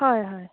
हय हय